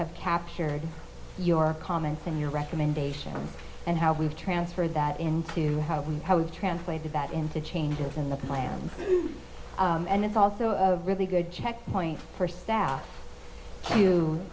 have captured your comments and your recommendations and how we've transferred that into how we translate that into changes in the plan and it's also a really good checkpoint for staff to